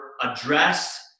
address